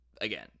again